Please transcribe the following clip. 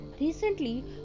Recently